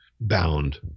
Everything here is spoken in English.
bound